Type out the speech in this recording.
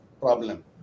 problem